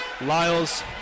Lyles